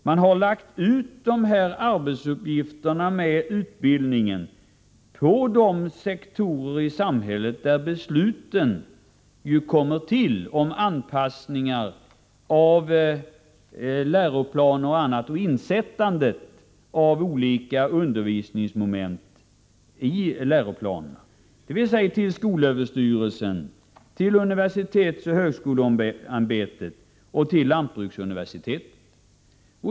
Man har lagt ut arbetsuppgifterna för utbildningen på de sektorer i samhället där beslut fattas om anpassningar av läroplaner och annat, införandet av olika undervisningsmoment i läroplanerna, dvs. till skolöverstyrelsen, till universitetsoch högskoleämbetet och till lantbruksuniversitetet.